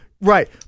Right